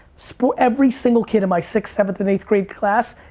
so every single kid in my sixth, seventh, and eighth grade class,